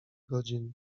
godzin